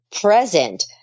present